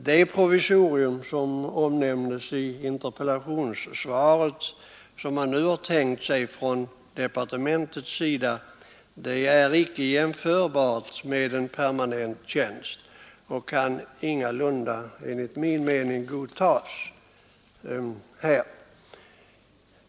Det provisorium som man nu har tänkt sig i departementet och som nämns i interpellationssvaret är icke jämförbart med en permanent tjänst och kan enligt min mening inte godtas.